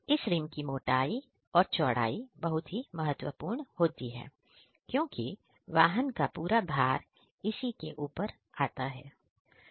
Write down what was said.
इस रिंम की मोटाई और चौड़ाई बहुत ही महत्वपूर्ण होती है क्योंकि वाहन का पूरा भार इसी के ऊपर आता है